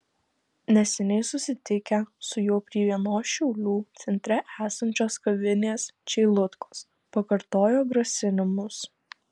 neseniai susitikę su juo prie vienos šiaulių centre esančios kavinės čeilutkos pakartojo grasinimus